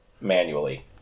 manually